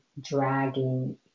dragging